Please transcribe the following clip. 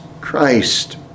Christ